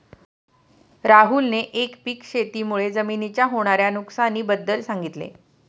राहुलने एकपीक शेती मुळे जमिनीच्या होणार्या नुकसानी बद्दल सांगितले